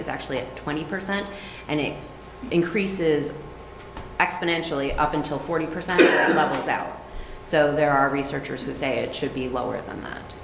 is actually twenty percent and it increases exponentially up until forty percent levels out so there are researchers who say it should be lower